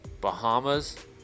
Bahamas